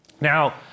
Now